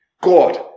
God